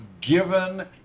given